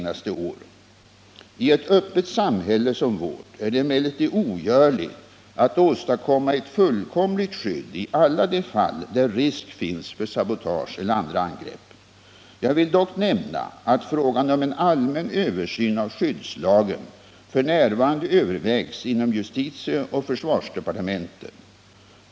I ett öppet samhälle som vårt är det emellertid ogörligt att åstadkomma ett fullkomligt skydd i alla de fall där risk finns för sabotage eller andra angrepp. Jag vill dock nämna att frågan om en allmän översyn av skyddslagen f. n. övervägs inom justitieoch försvarsdepartementen.